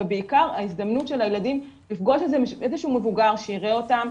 ובעיקר ההזדמנות של הילדים לפגוש איזה שהוא מבוגר שיראה אותם,